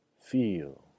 feel